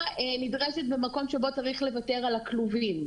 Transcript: נדרשת במקום שבו צריך לוותר על הכלובים.